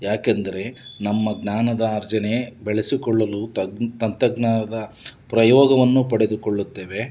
ಯಾಕೆಂದರೆ ನಮ್ಮ ಜ್ಞಾನದ ಅರ್ಜನೆ ಬೆಳೆಸಿಕೊಳ್ಳಲು ತಂತ್ರಜ್ಞಾನದ ಪ್ರಯೋಗವನ್ನು ಪಡೆದುಕೊಳ್ಳುತ್ತೇವೆ